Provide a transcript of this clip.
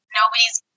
nobody's